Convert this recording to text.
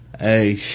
Hey